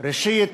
ראשית,